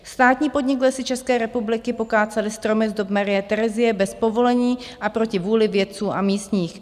Státní podnik Lesy České republiky pokácel stromy z dob Marie Terezie bez povolení a proti vůli vědců a místních.